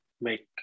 make